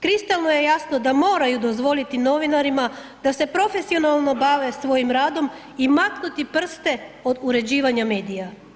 Kristalno je jasno da moraju dozvoliti novinarima da se profesionalno bave svojim radom i maknuti prste od uređivanja medija.